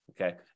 Okay